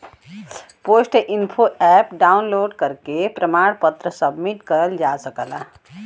post info app download करके प्रमाण पत्र सबमिट करल जा सकला